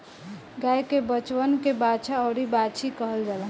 गाय के बचवन के बाछा अउरी बाछी कहल जाला